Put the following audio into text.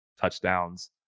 touchdowns